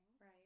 right